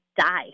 die